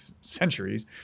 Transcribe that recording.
centuries